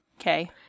Okay